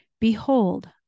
Behold